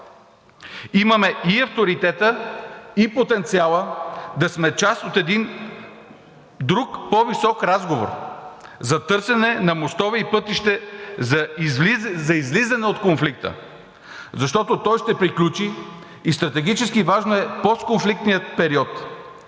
Имаме и авторитета, и потенциала да сме част от един друг, по-висок разговор – за търсенето на мостове и пътища за излизане от конфликта, защото той ще приключи и стратегически важно в постконфликтния период